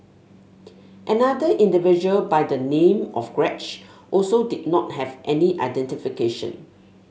another individual by the name of Greg also did not have any identification